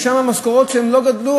שהמשכורות שלהם לא גדלו,